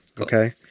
okay